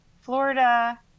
Florida